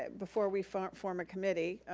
before we form form a committee,